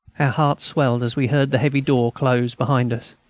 our hearts swelled as we heard the heavy door close behind us.